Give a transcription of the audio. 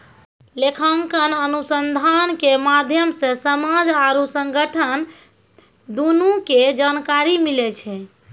लेखांकन अनुसन्धान के माध्यम से समाज आरु संगठन दुनू के जानकारी मिलै छै